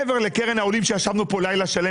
מעבר לקרן העולים עת ישבנו כאן לילה שלם